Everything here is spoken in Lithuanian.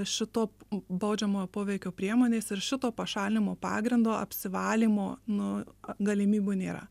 šito baudžiamojo poveikio priemonės ir šito pašalinimo pagrindo apsivalymo nu galimybių nėra